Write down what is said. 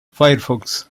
firefox